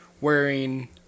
wearing